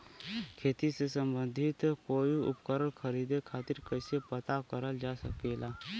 खेती से सम्बन्धित कोई उपकरण खरीदे खातीर कइसे पता करल जा सकेला?